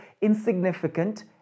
insignificant